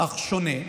אך שונה,